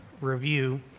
review